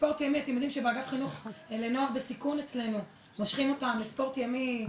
אתם יודעים שבאגף חינוך לנוער בסיכון אצלנו מושכים אותם לספורט ימי,